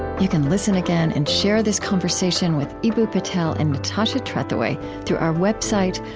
you can listen again and share this conversation with eboo patel and natasha trethewey through our website,